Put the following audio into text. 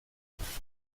laye